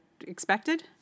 expected